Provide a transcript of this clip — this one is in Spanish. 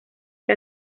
que